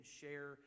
share